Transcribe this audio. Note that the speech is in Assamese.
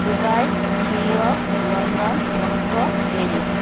Dubai New York London Moscow Paris